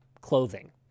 clothing